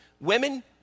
Women